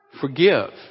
Forgive